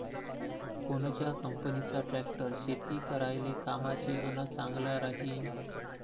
कोनच्या कंपनीचा ट्रॅक्टर शेती करायले कामाचे अन चांगला राहीनं?